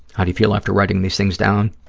how do you feel after writing these things down?